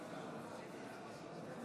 אנחנו נעבור להצבעה על ההצעה של סיעת